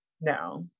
No